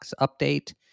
update